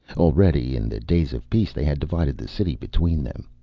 already, in the days of peace, they had divided the city between them.